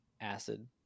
Acid